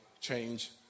change